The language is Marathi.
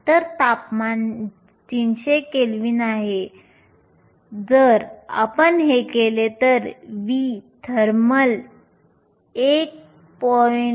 तर तापमान 300 केल्विन आहे जर आपण हे केले तर v थर्मल 1